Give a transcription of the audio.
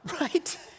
Right